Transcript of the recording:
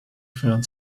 found